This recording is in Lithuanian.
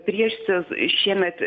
prieš sezo i šiemet